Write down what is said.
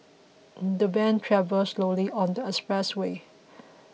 the van travelled slowly on the expressway